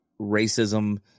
racism